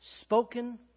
spoken